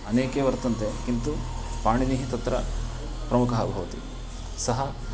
अनेके वर्तन्ते किन्तु पाणिनिः तत्र प्रमुखः भवति सः